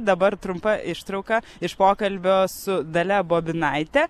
dabar trumpa ištrauka iš pokalbio su dalia bobinaite